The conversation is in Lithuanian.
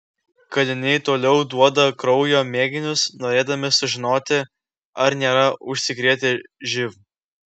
kaliniai toliau duoda kraujo mėginius norėdami sužinoti ar nėra užsikrėtę živ